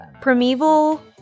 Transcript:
primeval